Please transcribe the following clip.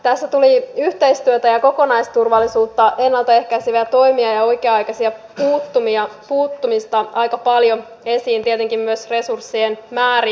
tässä tuli yhteistyötä ja kokonaisturvallisuutta ennalta ehkäiseviä toimia ja oikea aikaista puuttumista aika paljon esiin tietenkin myös resurssien määriä